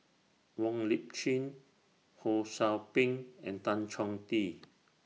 Wong Lip Chin Ho SOU Ping and Tan Chong Tee